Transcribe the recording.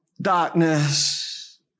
darkness